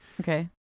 Okay